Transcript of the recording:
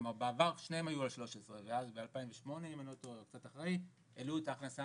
בעבר שניהם היו על 13% ואז ב-2008 העלו את ההכנסה